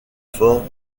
fort